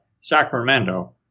Sacramento